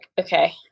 okay